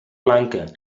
blanca